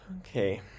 Okay